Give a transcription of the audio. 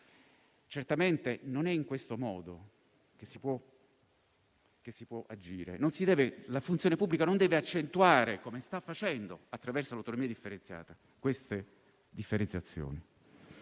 certamente in questo modo che si può agire. La funzione pubblica non deve accentuare, come sta facendo, attraverso l'autonomia differenziata, queste diversità.